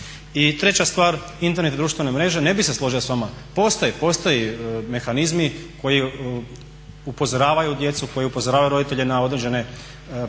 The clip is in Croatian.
I treća stvar, Internet i društvene mreže, ne bih se složio s vama, postoje, postoje mehanizmi koji upozoravaju djecu, koji upozoravaju roditelje na određene negativne